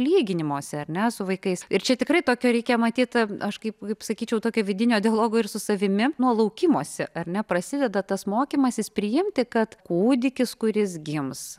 lyginimosi ar net su vaikais ir čia tikrai tokio reikia matyt aš kaip sakyčiau tokio vidinio dialogo ir su savimi nuo laukimosi ar ne prasideda tas mokymasis priimti kad kūdikis kuris gims